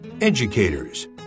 Educators